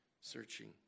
searching